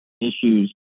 issues